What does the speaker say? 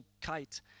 kite